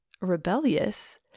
rebellious